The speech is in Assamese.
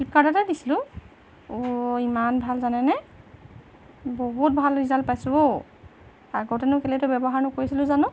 ফ্লিপকাৰ্টতে দিছিলোঁ অ' ইমান ভাল জানেনে বহুত ভাল ৰিজাল্ট পাইছোঁ ঔ আগতেনো কেলৈ এইটো ব্যৱহাৰ নকৰিছিলোঁ জানো